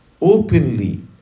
openly